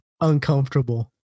uncomfortable